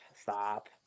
Stop